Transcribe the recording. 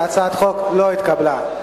הצעת החוק לא נתקבלה.